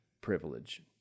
privilege